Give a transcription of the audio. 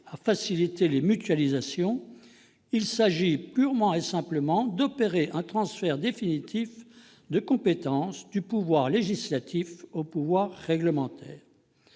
à faciliter les mutualisations. Il s'agit purement et simplement d'opérer un transfert définitif de compétence du pouvoir législatif au pouvoir réglementaire.